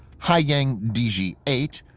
haiyang dizhi eight,